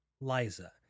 liza